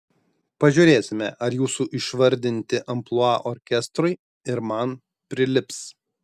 pažiūrėsime ar jūsų išvardinti amplua orkestrui ir man prilips